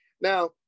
Now